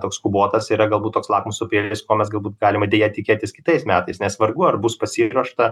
toks skubotas yra galbūt toks lakmuso popierėlis ko mes galbūt galima deja tikėtis kitais metais nes vargu ar bus pasiruošta